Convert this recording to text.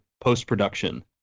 post-production